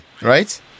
Right